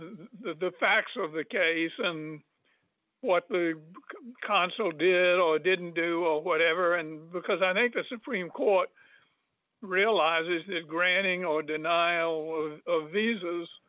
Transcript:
the facts of the case and what the consul did or didn't do all whatever and because i think the supreme court realizes that granting or denial of visas